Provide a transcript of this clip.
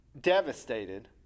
devastated